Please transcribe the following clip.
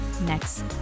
next